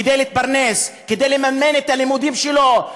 כדי להתפרנס, כדי לממן את הלימודים שלו.